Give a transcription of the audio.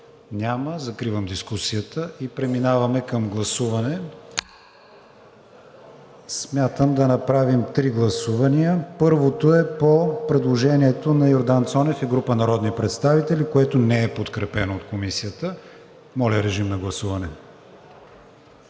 Няма. Закривам дискусията. Преминаваме към гласуване. Предлагам да направим три гласувания. Първото гласуване е по предложението на Йордан Цонев и група народни представители, което не е подкрепено от Комисията. Гласували